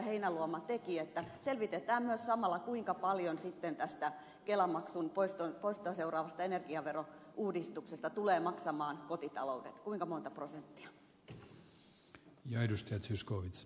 heinäluoma teki että selvitetään myös samalla kuinka paljon sitten tästä kelamaksun poistoa seuraavasta energiaverouudistuksesta tulevat maksamaan kotitaloudet kuinka monta prosenttia